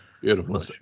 beautiful